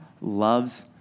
loves